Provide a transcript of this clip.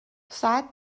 ساعت